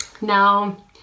Now